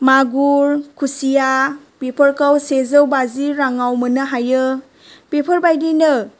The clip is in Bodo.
मागुर खुसिया बेफोरखौ सेजौ बाजि रांआव मोननो हायो बेफोरबायदिनो